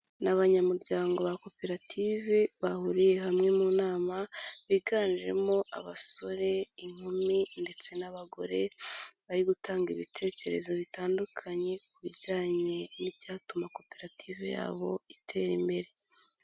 Ni abanyamuryango ba koperative bahuriye hamwe mu nama, biganjemo abasore, inkumi ndetse n'abagore, bari gutanga ibitekerezo bitandukanye ku bijyanye n'ibyatuma koperative yabo itera imbere.